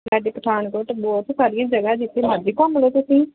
ਸਾਡੇ ਪਠਾਨਕੋਟ ਬਹੁਤ ਸਾਰੀਆਂ ਜਗ੍ਹਾ ਜਿੱਥੇ ਮਰਜ਼ੀ ਘੁੰਮ ਲਓ ਤੁਸੀਂ